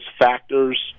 factors